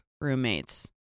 roommates